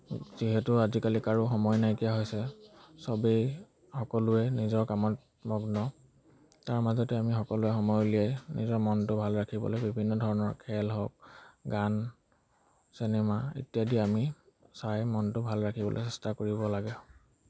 যিহেতু আজিকালি কাৰো সময় নাইকিয়া হৈছে চবেই সকলোৱে নিজৰ কামত মগ্ন তাৰ মাজতে আমি সকলোৱে সময় উলিয়াই নিজৰ মনটো ভালে ৰাখিবলৈ বিভিন্ন ধৰণৰ খেল হওক গান চিনেমা ইত্যাদি আমি চাই মনটো ভাল ৰাখিবলৈ চেষ্টা কৰিব লাগে